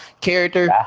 character